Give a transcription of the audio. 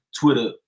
Twitter